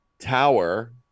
Tower